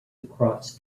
across